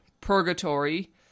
purgatory